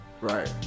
Right